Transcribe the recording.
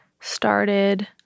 started